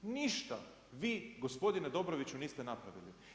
Ništa vi gospodine Dobroviću, niste napravili.